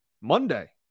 Monday